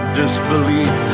disbelief